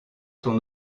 ton